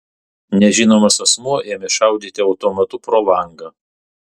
nežinomas asmuo ėmė šaudyti automatu pro langą